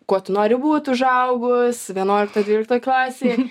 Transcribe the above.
kuo tu nori būti užaugus vienuoliktoj dvyliktoj klasėj